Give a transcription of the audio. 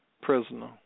prisoner